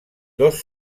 dos